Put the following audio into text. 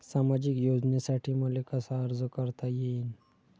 सामाजिक योजनेसाठी मले कसा अर्ज करता येईन?